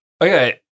Okay